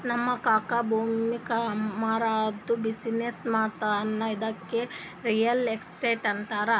ನಮ್ ಕಾಕಾ ಭೂಮಿ ಮಾರಾದ್ದು ಬಿಸಿನ್ನೆಸ್ ಮಾಡ್ತಾನ ಇದ್ದುಕೆ ರಿಯಲ್ ಎಸ್ಟೇಟ್ ಅಂತಾರ